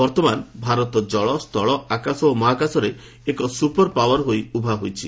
ବର୍ତ୍ତମାନ ଭାରତ ଜଳ ସ୍ଥଳ ଆକାଶ ଓ ମହାକାଶରେ ଏକ ସ୍ରପର ପାୱାର୍ ହୋଇ ଉଭା ହୋଇଛି